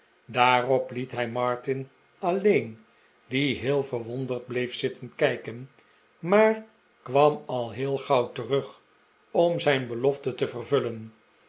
daarop liet hij martin alleen die heel verwonderd bleef zitten kijken maar kwam al heel gauw terug om zijn belofte te vervullen